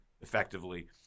effectively –